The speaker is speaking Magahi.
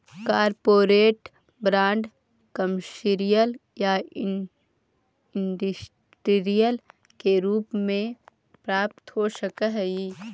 कॉरपोरेट बांड कमर्शियल या इंडस्ट्रियल रूप में प्राप्त हो सकऽ हई